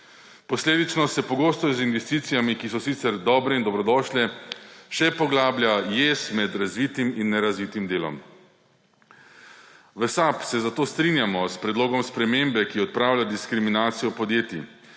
Posledično se pogosto z investicijami, ki so sicer dobre in dobrodošle, še poglablja jez med razvitim in nerazvitim delom. V SAB se zato strinjamo s predlogom spremembe, ki odpravlja diskriminacijo podjetij,